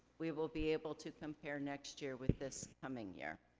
we will be able to compare next year with this coming year.